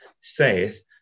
saith